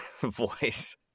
voice